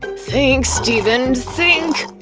think, steven, think!